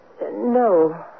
no